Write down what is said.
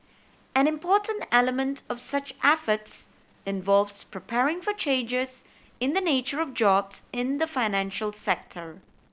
an important element of such efforts involves preparing for changes in the nature of jobs in the financial sector